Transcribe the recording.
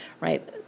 right